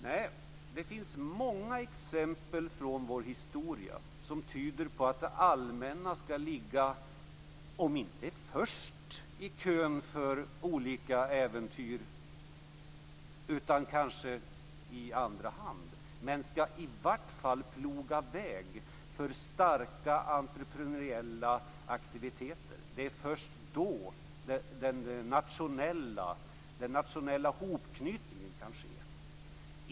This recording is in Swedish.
Nej, det finns många exempel från vår historia som tyder på att det allmänna skall ligga om inte först i kön för olika äventyr så kanske i andra hand och i vart fall ploga väg för starka entreprenörsaktiviteter. Det är först då den nationella hopknytningen kan ske.